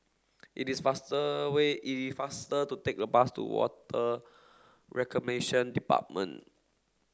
it is faster way it faster to take the bus to Water Reclamation Department